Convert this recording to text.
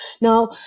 Now